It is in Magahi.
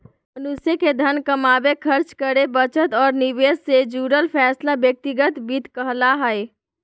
मनुष्य के धन कमावे, खर्च करे, बचत और निवेश से जुड़ल फैसला व्यक्तिगत वित्त कहला हय